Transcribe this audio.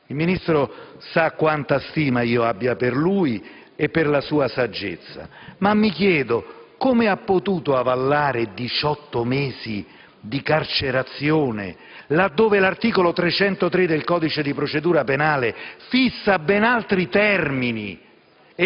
Il Ministro sa quanta stima ho per lui e per la sua saggezza, ma mi chiedo come abbia potuto avallare 18 mesi di carcerazione, laddove l'articolo 303 del codice di procedura penale fissa ben altri termini